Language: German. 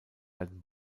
werden